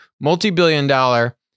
multi-billion-dollar